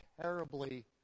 terribly